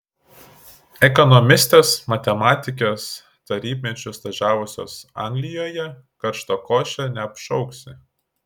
ekonomistės matematikės tarybmečiu stažavusios anglijoje karštakoše neapšauksi